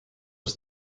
was